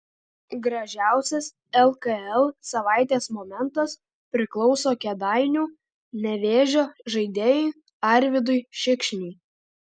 gražiausias lkl savaitės momentas priklauso kėdainių nevėžio žaidėjui arvydui šikšniui